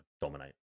dominate